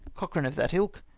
cochran of that ilk.